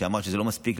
ואמרת שזה לא מספיק,